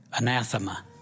anathema